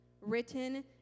written